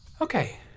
Okay